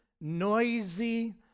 noisy